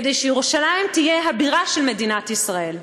כדי שירושלים תהיה הבירה של מדינת ישראל.